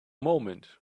moment